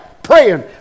Praying